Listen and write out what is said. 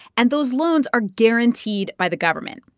and those loans are guaranteed by the government.